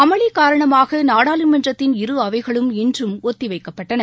அமளி காரணமாக நாடாளுமன்றத்தின் இரு அவைகளும் இன்றும் ஒத்தி வைக்கப்பட்டன